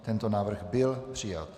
Tento návrh byl přijat.